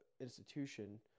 institution